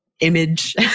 image